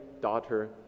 daughter